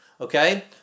Okay